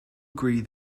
agree